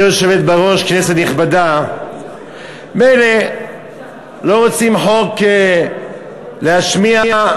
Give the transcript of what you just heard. כנסת נכבדה, מילא, לא רוצים חוק להשמיע,